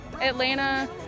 Atlanta